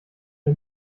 der